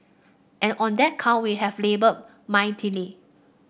and on that count we have laboured mightily